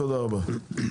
תודה רבה.